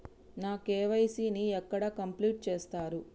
నా కే.వై.సీ ని ఎక్కడ కంప్లీట్ చేస్తరు?